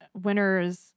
Winners